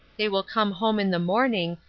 they will come home in the morning,